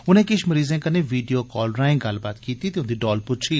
उनें किश मरीजें कन्नै वीडियो काल राएं गल्लबात कीती ते उंदी डौल पुच्छी